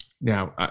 Now